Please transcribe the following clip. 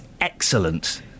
excellent